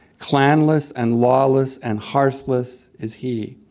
clanless and lawless and hearthless is he.